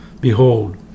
behold